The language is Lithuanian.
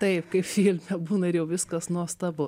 taip kaip filme būna ir jau viskas nuostabu